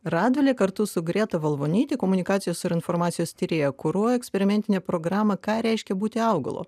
radvilė kartu su greta valvonytė komunikacijos ir informacijos tyrėja kuruoja eksperimentinę programą ką reiškia būti augalu